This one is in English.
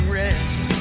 rest